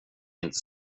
inte